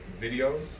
videos